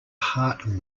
heart